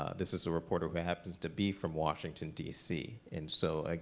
this is a reporter who happens to be from washington d c. and so,